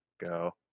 go